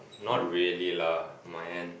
not really lah my end